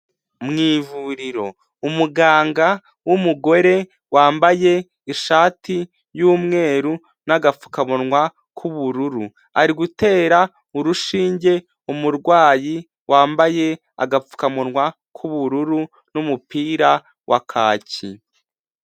Mu ivuriro umuganga w'umugore wambaye ishati y'umweru n'agapfukamunwa k'ubururu, ari gutera urushinge umurwayi wambaye agapfukamunwa k'ubururu n'umupira wa kaki.